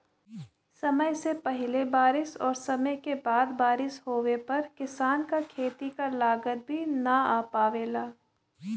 समय से पहिले बारिस और समय के बाद बारिस होवे पर किसान क खेती क लागत भी न आ पावेला